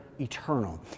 eternal